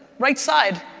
right side,